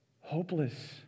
hopeless